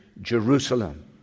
Jerusalem